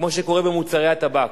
כמו שקורה במוצרי הטבק.